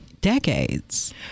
decades